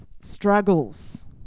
struggles